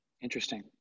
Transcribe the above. Interesting